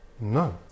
No